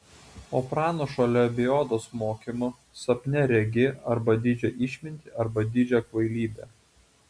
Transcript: o pranašo lebiodos mokymu sapne regi arba didžią išmintį arba didžią kvailybę